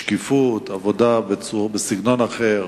שקיפות, עבודה בסגנון אחר.